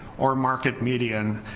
or market median,